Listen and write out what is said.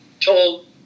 told